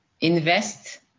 Invest